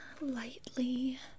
lightly